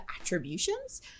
attributions